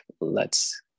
lets